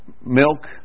milk